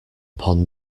upon